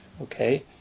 Okay